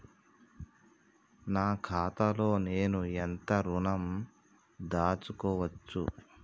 నా ఖాతాలో నేను ఎంత ఋణం దాచుకోవచ్చు?